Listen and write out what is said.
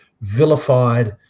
vilified